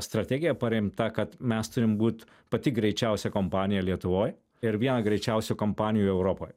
strategija paremta kad mes turim būt pati greičiausia kompanija lietuvoj ir viena greičiausių kompanijų europoj